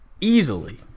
easily